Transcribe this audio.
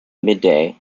midday